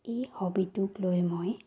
এই হবিটোক লৈ মই